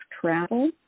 travel